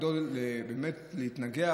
תפקידו באמת להתנגח,